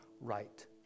right